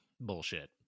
Bullshit